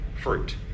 fruit